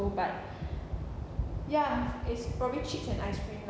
but ya it's probably chips and ice cream